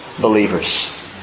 believers